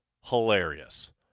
hilarious